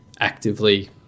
actively